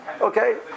Okay